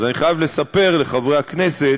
אני חייב לספר לחברי הכנסת,